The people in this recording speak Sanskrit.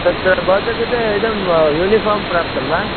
तत्र भवतः कृते इदं यूनिफ़ाम् प्राप्तं वा